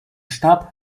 starb